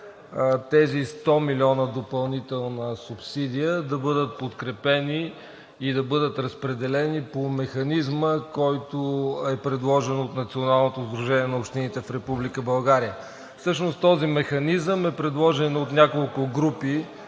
тези 100 милиона допълнителна субсидия да бъдат подкрепени и да бъдат разпределени по механизма, който е предложен от Националното сдружение на общините в Република България. Всъщност този механизъм е предложен от няколко